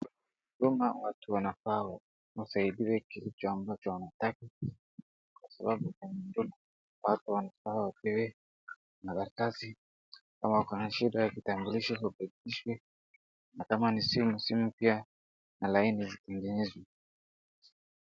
Huduma watu wanafaa wasaidiwe kitu ambacho wanataka kwa sababu kwenye huduma watu wanafaa wapewe karatasi kama wako na shida ya kitambulisho irekebishwe na kama ni simu pia laini zitengnezwe.